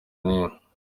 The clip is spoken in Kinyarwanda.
n’imwe